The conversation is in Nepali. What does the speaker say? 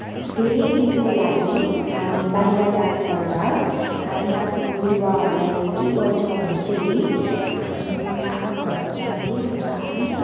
धेरै दिनको लागि हामी बाहिर जानुपर्दा हामी आफ्नो बिरुवाहरूलाई के गर्छौँ भने चाहिँ हामी आफ्नो घरको चाबी चाहिँ हाम्रै आफ्नै